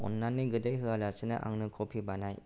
अननानै गोदै होआलासेनो आंनो कफि बानाय